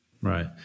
Right